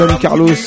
Carlos